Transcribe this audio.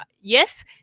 yes